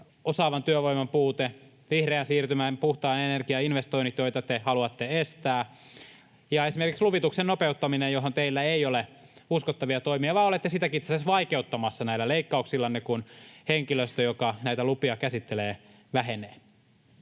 osaavan työvoiman puute, vihreän siirtymän ja puhtaan energian investoinnit, joita te haluatte estää, ja esimerkiksi luvituksen nopeuttaminen, johon teillä ei ole uskottavia toimia, vaan olette sitäkin itse asiassa vaikeuttamassa näillä leikkauksillanne, kun henkilöstö, joka näitä lupia käsittelee, vähenee.